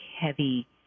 heavy